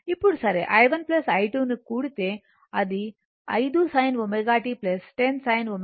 ఇప్పుడు సరే i1 i2 ని కూడితే అది 5 sin ω t 10 sin ω t 60 o